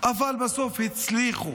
אבל בסוף הצליחו.